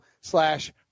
slash